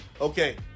Okay